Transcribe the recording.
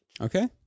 Okay